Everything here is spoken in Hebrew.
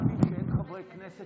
כבוד השר,